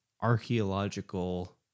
archaeological